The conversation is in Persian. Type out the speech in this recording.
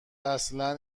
اصلا